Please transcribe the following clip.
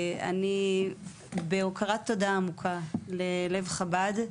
אני בהוקרת תודה עמוקה ללב חב"ד.